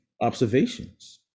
observations